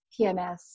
PMS